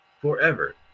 forever